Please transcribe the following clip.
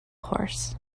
horse